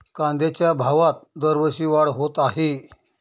कांद्याच्या भावात दरवर्षी वाढ होत आहे